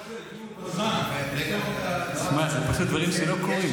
נעשה דיון, תשמע, זה פשוט דברים שלא קורים.